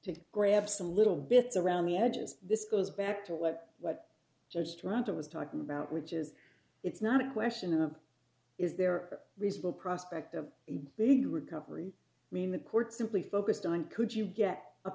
to grab some little bits around the edges this goes back to what what judge toronto was talking about which is it's not a question of is there are reasonable prospect of a big recovery mean the court simply focused on could you get a